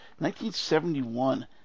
1971